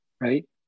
right